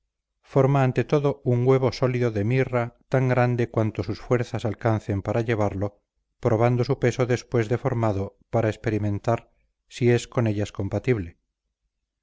forma ante todo un huevo sólido de mirra tan grande cuanto sus fuerzas alcancen para llevarlo probando su peso después de formado para experimentar si es con ellas compatible